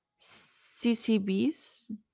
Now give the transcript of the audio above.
CCBs